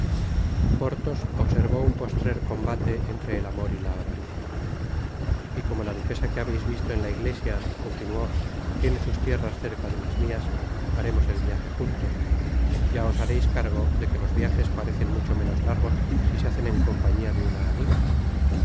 porthos observó un postrer combate entre et amor y la avaricia y como la duquesa que habeis visto en la iglesia continuó tiene sus tierras cerca de las mias haremos el viaje juntos ya os hareis cargo de que los viajes parecen mucho menos largos si se hacen en compañia de una amiga